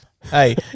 Hey